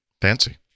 Fancy